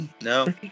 No